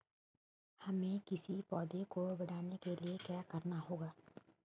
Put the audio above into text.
हमें किसी पौधे को बढ़ाने के लिये क्या करना होगा?